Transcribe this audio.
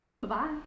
Bye-bye